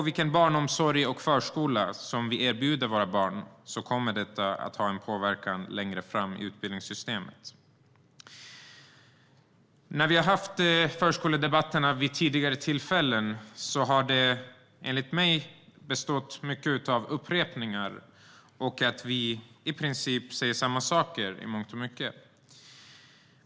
Vilken barnomsorg och förskola vi erbjuder våra barn kommer att ha en påverkan längre fram i utbildningssystemet. När vi har haft förskoledebatter vid tidigare tillfällen har de enligt mig bestått mycket av upprepningar. Vi säger i princip samma saker, i mångt och mycket.